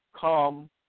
come